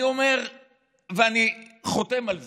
אני אומר ואני חותם על זה: